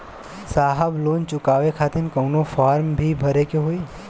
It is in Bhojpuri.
साहब लोन चुकावे खातिर कवनो फार्म भी भरे के होइ?